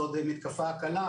זה עוד מתקפה קלה,